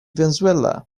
venezuela